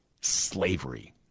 Slavery